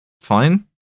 fine